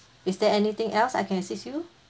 is there anything else I can assist you